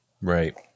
right